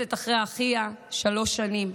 מחפשת אחרי אחיה שלוש שנים.